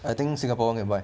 I think singapore [one] can buy